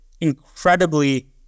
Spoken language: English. incredibly